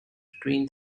between